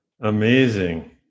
Amazing